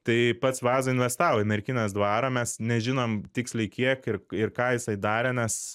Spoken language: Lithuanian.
tai pats vaza investavo į merkinės dvarą mes nežinom tiksliai kiek ir ką jisai darė nes